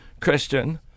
Christian